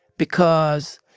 because